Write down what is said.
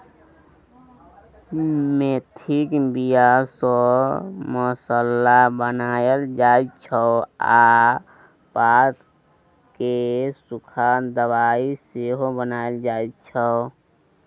मेथीक बीया सँ मसल्ला बनाएल जाइ छै आ पात केँ सुखा दबाइ सेहो बनाएल जाइ छै